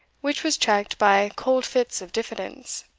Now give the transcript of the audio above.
which was checked by cold fits of diffidence,